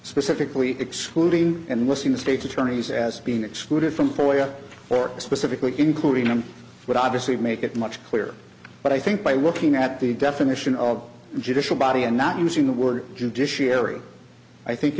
specifically excluding and listing the states attorneys as being excluded from foyer or specifically including them would obviously make it much clearer but i think by working at the definition of judicial body and not using the word judiciary i think